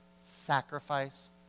Sacrifice